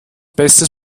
bestes